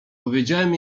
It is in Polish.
powiedziałem